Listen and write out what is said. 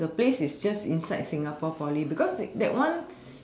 the place is just inside singapore poly because that one